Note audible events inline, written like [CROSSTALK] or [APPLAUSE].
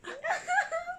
[LAUGHS]